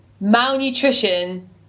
Malnutrition